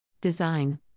Design